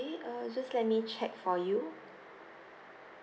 err just let me check for you